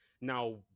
Now